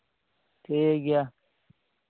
ᱴᱷᱤᱠᱜᱮᱭᱟ